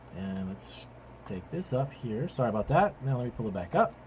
and let's take this up here. sorry about that. now let me pull it back up.